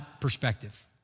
perspective